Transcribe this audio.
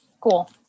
cool